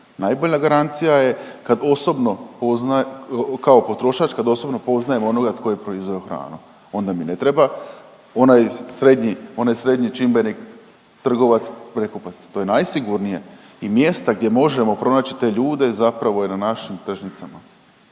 Najbolja garancija je kad osobno, kao potrošač kad osobno poznajem onoga tko je proizveo hranu onda mi ne treba. Onaj srednji čimbenik trgovac prekupac to je najsigurnije i mjesta gdje možemo pronaći te ljude zapravo je na našim tržnicama.